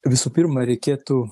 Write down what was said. visų pirma reikėtų